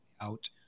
out